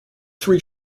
three